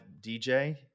DJ